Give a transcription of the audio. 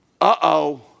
Uh-oh